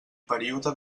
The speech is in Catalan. període